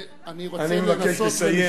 אני מבקש לסיים.